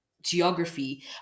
geography